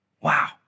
Wow